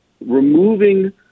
removing